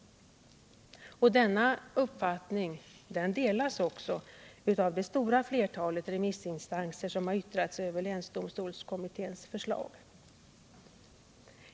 Denna uppfattning delas också av det stora flertalet remissinstanser som har yttrat sig över länsdomstolskommitténs förslag.